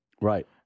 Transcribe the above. Right